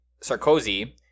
Sarkozy